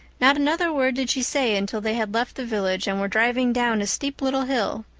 not another word did she say until they had left the village and were driving down a steep little hill,